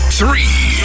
three